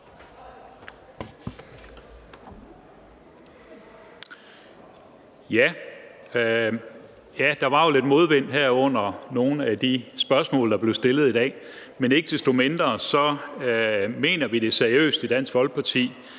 Der var jo lidt modvind her under nogle af de spørgsmål, der blev stillet i dag, men ikke desto mindre mener vi det seriøst i Dansk Folkeparti,